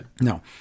No